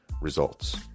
results